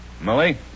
Molly